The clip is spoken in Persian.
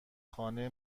خانه